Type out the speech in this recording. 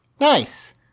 Nice